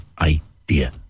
idea